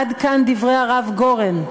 עד כאן דברי הרב גורן.